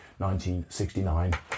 1969